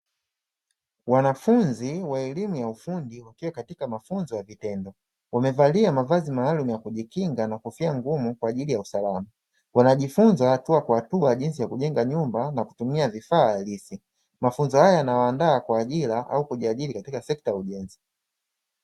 Wanafunzi wa elimu ya ufundi wakiwa katika mafunzo ya vitendo, wamevalia mavazi maalum ya kujikinga na kofia ngumu kwa ajili ya usalama. Wanajifunza hatua kwa hatua jinsi ya kujenga nyumba na kutumia vifaa halisi. Mafunzo haya yanawaandaa kwa ajira au kujiajiri katika sekta ya ujenzi.